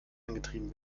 angetrieben